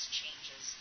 changes